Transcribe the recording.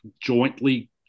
Jointly